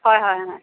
হয় হয় হয়